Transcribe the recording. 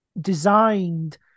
designed